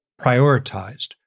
prioritized